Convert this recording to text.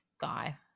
guy